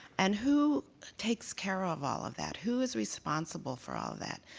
and who takes care of all of that, who is responsible for all of that.